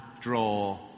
draw